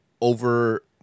over